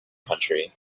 country